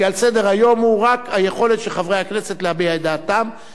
כי על סדר-היום רק היכולת של חברי הכנסת להביע את דעתם.